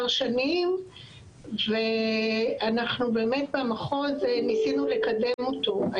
שנים ואנחנו באמת במחוז ניסינו לקדם אותו.